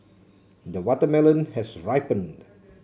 the watermelon has ripened